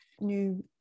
new